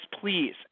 please